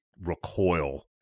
recoil